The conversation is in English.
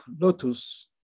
lotus